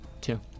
two